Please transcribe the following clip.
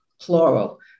plural